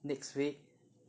next week